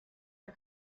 der